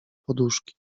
poduszki